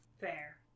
Fair